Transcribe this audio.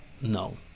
no